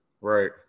Right